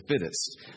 fittest